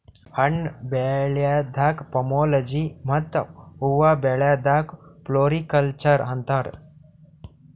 ಹಣ್ಣ್ ಬೆಳ್ಯಾದಕ್ಕ್ ಪೋಮೊಲೊಜಿ ಮತ್ತ್ ಹೂವಾ ಬೆಳ್ಯಾದಕ್ಕ್ ಫ್ಲೋರಿಕಲ್ಚರ್ ಅಂತಾರ್